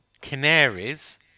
Canaries